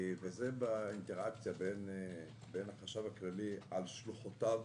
לגבי האינטראקציה בין החשב הכללי, על שלוחותיו,